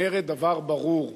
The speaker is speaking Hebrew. אומרת דבר ברור: